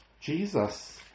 Jesus